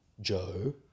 Joe